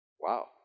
Wow